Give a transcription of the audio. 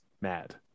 mad